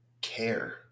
care